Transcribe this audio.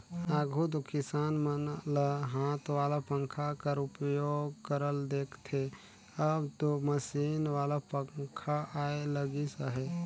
आघु दो किसान मन ल हाथ वाला पंखा कर उपयोग करत देखथे, अब दो मसीन वाला पखा आए लगिस अहे